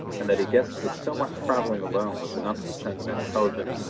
and that he guessed that so much travelling alone was enough to send an intelligent,